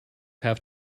have